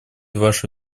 ваше